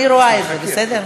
אני רואה את זה, בסדר?